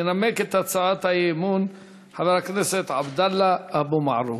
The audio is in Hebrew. ינמק את הצעת האי-אמון חבר הכנסת עבדאללה אבו מערוף.